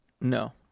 no